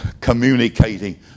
communicating